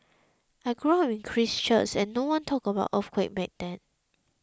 I grew up in Christchurch and nobody talked about earthquake back then